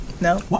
No